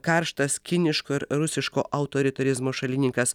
karštas kiniško ir rusiško autoritarizmo šalininkas